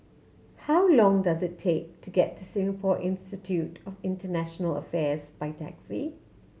how long does it take to get to Singapore Institute of International Affairs by taxi